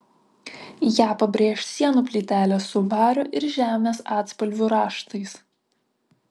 ją pabrėš sienų plytelės su vario ir žemės atspalvių raštais